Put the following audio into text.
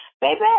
Baby